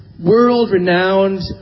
world-renowned